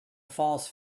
false